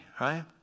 right